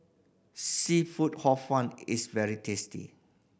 seafood Hor Fun is very tasty